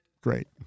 Great